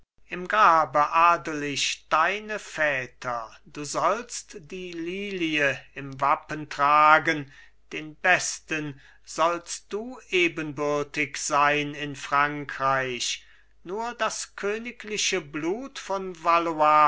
im grabe adl ich deine väter du sollst die lilie im wappen tragen den besten sollst du ebenbürtig sein in frankreich nur das königliche blut von